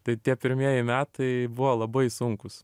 tai tie pirmieji metai buvo labai sunkūs